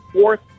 fourth